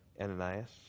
Ananias